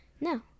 No